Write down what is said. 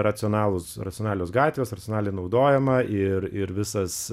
racionalūs racionalios gatvės racionaliai naudojama ir ir visas